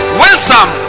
wisdom